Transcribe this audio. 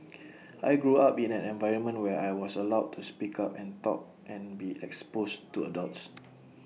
I grew up in an environment where I was allowed to speak up and talk and be exposed to adults